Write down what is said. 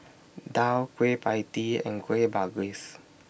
Daal Kueh PIE Tee and Kueh Bugis